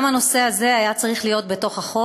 גם הנושא הזה היה צריך להיות בחוק.